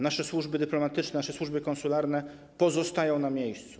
Nasze służby dyplomatyczne, nasze służby konsularne pozostają na miejscu.